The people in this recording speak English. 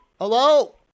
Hello